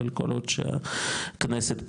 אבל כל עוד שהכנסת פעילה,